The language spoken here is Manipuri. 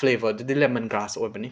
ꯐ꯭ꯂꯦꯕꯔꯗꯨꯗꯤ ꯂꯦꯃꯟ ꯒ꯭ꯔꯥꯁ ꯑꯣꯏꯕꯅꯤ